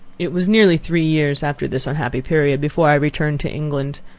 it was nearly three years after this unhappy period before i returned to england.